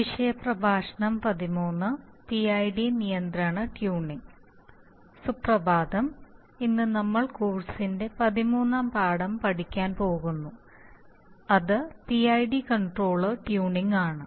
കീവേഡുകൾ plant PID നിയന്ത്രണം function നിയന്ത്രണ പെർഫോമൻസ് സുപ്രഭാതം ഇന്ന് നമ്മൾ കോഴ്സിന്റെ 13 ാം പാഠം പഠിക്കാൻ പോകുന്നു അത് PID കൺട്രോളർ ട്യൂണിംഗ് ആണ്